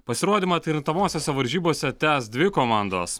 pasirodymą atkrintamosiose varžybose tęs dvi komandos